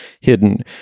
hidden